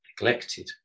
neglected